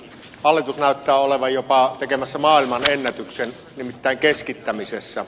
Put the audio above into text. hallitus näyttää olevan jopa tekemässä maailmanennätyksen nimittäin keskittämisessä